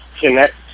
connect